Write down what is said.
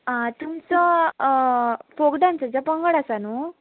आं तुमचो फोक डान्साचो पंगड आसा न्हू